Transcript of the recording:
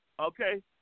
Okay